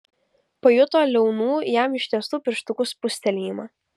pajuto liaunų jam ištiestų pirštukų spustelėjimą